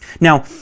Now